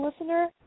listener